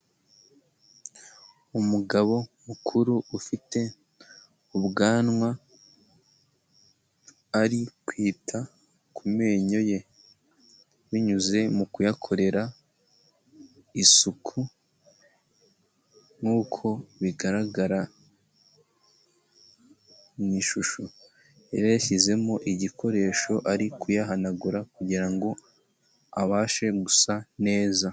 Umugabo mukuru ufite ubwanwa, ari kwita ku menyo ye binyuze mu kuyakorera isuku, nkuko bigaragara mu ishusho yari yashyizemo igikoresho ari kuyahanagura, kugira ngo abashe gusa neza.